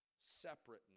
separateness